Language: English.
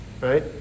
right